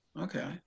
okay